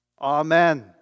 Amen